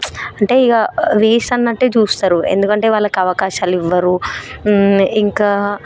అంటే ఇక వేస్ట్ అన్నట్టే చూస్తరు ఎందుకంటే వాళ్ళకి అవకాశాలు ఇవ్వరు ఇంకా